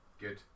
good